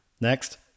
next